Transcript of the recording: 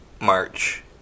March